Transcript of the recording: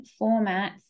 formats